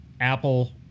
Apple